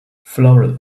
floral